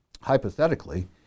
hypothetically